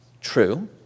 true